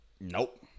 Nope